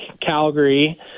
Calgary